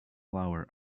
flour